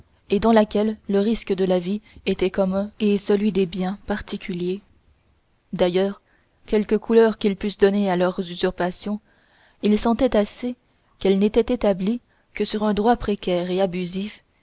et dans laquelle le risque de la vie était commun et celui des biens particulier d'ailleurs quelque couleur qu'ils pussent donner à leurs usurpations ils sentaient assez qu'elles n'étaient établies que sur un droit précaire et abusif